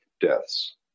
deaths